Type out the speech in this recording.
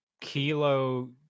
kilo